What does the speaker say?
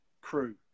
crew